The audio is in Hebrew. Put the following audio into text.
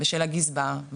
ושל הגזבר,